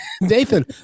Nathan